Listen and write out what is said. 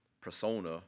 persona